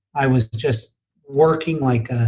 i was just working like ah